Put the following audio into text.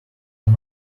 are